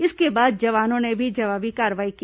इसके बाद जवानों ने भी जवाबी कार्रवाई की